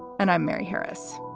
and i'm mary harris.